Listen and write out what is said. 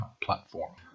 platform